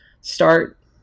start